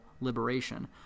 liberation